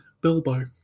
Bilbo